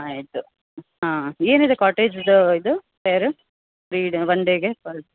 ಆಯಿತು ಹಾಂ ಏನಿದೆ ಕಾರ್ಟೇಜ್ದು ಇದು ಫೈರ್ ತ್ರೀ ಒನ್ ಡೇಗೆ ಪರ್